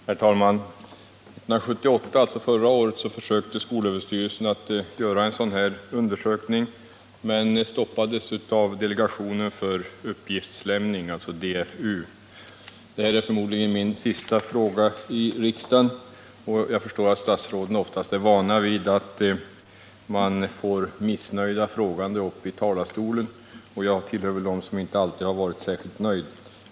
Herr talman! 1978, alltså förra året, försökte skolöverstyrelsen att göra en sådan här undersökning men stoppades av delegationen för uppgiftslämning, DFU. Detta är förmodligen min sista fråga i riksdagen. Jag förstår att statsråden oftast får höra missnöjda frågande i talarstolen, och jag tillhör väl dem som inte alltid har varit särskilt nöjda.